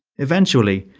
eventually,